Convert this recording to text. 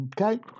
Okay